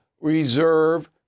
reserve